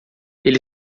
ele